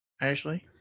ashley